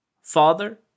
Father